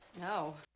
No